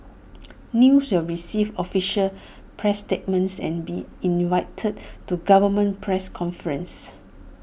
news will receive official press statements and be invited to government press conferences